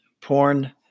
porn